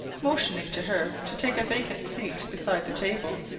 motioning to her to take a vacant seat beside the table.